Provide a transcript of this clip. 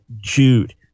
Jude